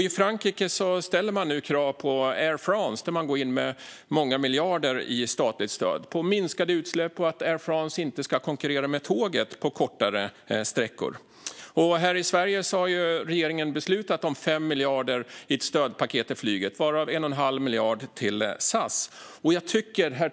I Frankrike ställer man nu krav på Air France, som man ger många miljarder i statligt stöd, att de ska minska utsläppen och inte konkurrera med tåget på kortare sträckor. Här i Sverige har regeringen beslutat om 5 miljarder i ett stödpaket till flyget, varav 1 1⁄2 miljard till Statsrådet Annika Strandhäll .